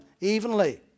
evenly